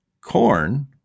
corn